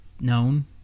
known